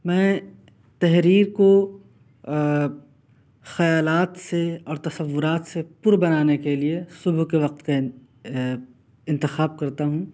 میں تحریر کو خیالات سے اور تصورات سے پر بنانے کے لیے صبح کے وقت کا انتخاب کرتا ہوں